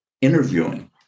interviewing